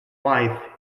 wife